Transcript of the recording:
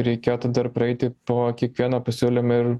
reikėtų dar praeiti po kiekvieno pasiūlymo ir